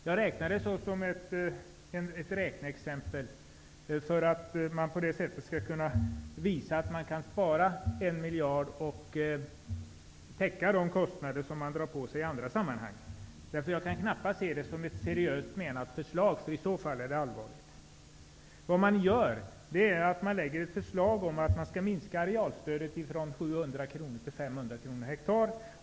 Jag ser det som ett räkneexempel för att kunna visa att man kan spara en miljard och täcka de kostnader som man drar på sig i andra sammanhang. Jag kan knappast se det som ett seriöst menat förslag. I så fall är det allvarligt. Man lägger ett förslag om att minska arealstödet från 700 kronor till 500 kronor per hektar.